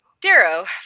Darrow